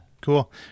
Cool